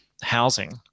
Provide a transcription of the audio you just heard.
housing